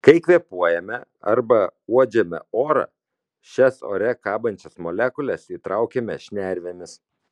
kai kvėpuojame arba uodžiame orą šias ore kabančias molekules įtraukiame šnervėmis